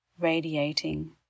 radiating